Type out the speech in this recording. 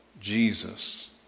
Jesus